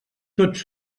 tots